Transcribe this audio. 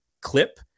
clip